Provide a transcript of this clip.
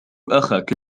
أخاك